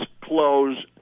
close